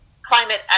climate